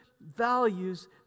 values